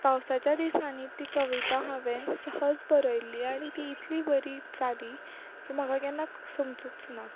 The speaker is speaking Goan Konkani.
पावसाच्या दिसांनी ती कविता हांवेंन सहज बरयली आनी ती इतली बरी जाली की म्हाका केन्ना समजूच ना